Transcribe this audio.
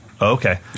Okay